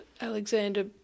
Alexander